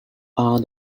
are